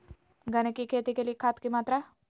गन्ने की खेती के लिए खाद की मात्रा?